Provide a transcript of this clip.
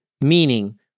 Meaning